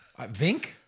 Vink